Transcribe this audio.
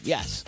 Yes